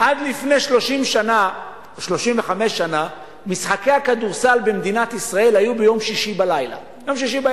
עד לפני 30 או 35 שנה משחקי הכדורסל במדינת ישראל היו ביום שישי בערב,